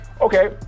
Okay